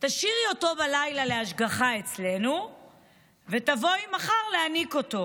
תשאירי אותו בלילה להשגחה אצלנו ותבואי מחר להיניק אותו.